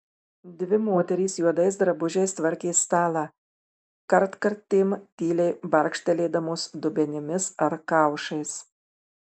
dvi moterys juodais drabužiais tvarkė stalą kartkartėm tyliai barkštelėdamos dubenimis ar kaušais